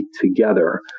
together